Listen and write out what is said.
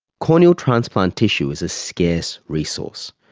corneal transplant tissue is a scarce resource.